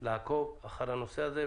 לעקוב אחר הנושא הזה,